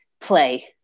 play